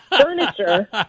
furniture